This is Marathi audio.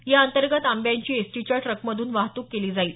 याअंतर्गत आंब्यांची एसटीच्या ट्रकमधून वाहतूक केली जाईल